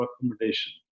accommodation